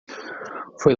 foi